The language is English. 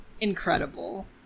Incredible